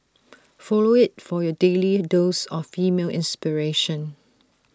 follow IT for your daily dose of female inspiration